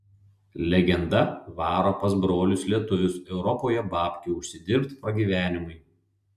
legenda varo pas brolius lietuvius europoje babkių užsidirbt pragyvenimui